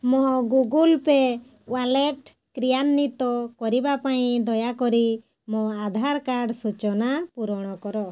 ମୋ Google Pay wallet କ୍ରିୟାନ୍ଵିତ କରିବା ପାଇଁ ଦୟାକରି ମୋ ଆଧାର କାର୍ଡ଼ ସୂଚନା ପୂରଣ କର